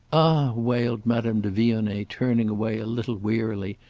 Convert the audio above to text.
ah, wailed madame de vionnet, turning away a little wearily,